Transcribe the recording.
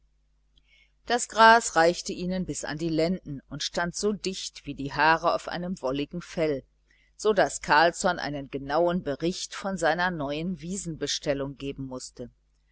das gras reichte ihnen bis an die lenden und stand so dicht wie die haare auf einem wolligen fell so daß carlsson einen genauen bericht von seiner neuen wiesenbestellung geben mußte